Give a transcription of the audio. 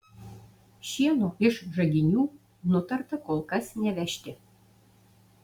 šieno iš žaginių nutarta kol kas nevežti